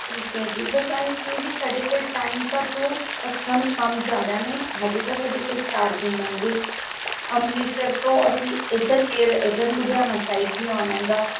ਠੀਕ ਹੈ ਜੀ ਬਸ ਐਂਈਂ ਸੀ ਵੀ ਸਾਡੇ ਕੋਲ ਟਾਈਮ ਘੱਟ ਹੋਊ ਅਸੀਂ ਸਾਨੂੰ ਕੰਮ ਜ਼ਿਆਦਾ ਨੇ ਹੈਗੇ ਤਾਂ ਸਾਡੇ ਕੋਲ ਚਾਰ ਦਿਨ ਹੈਂਗੇ ਅੰਮ੍ਰਿਤਸਰ ਤੋਂ ਅਸੀਂ ਇੱਧਰ ਫੇਰ ਇੱਧਰ ਲੁਧਿਆਣਾ ਸਾਈਡ ਵੀ ਆਉਣਾ ਐਗਾ